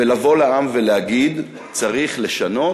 ולבוא לעם ולהגיד: צריך לשנות,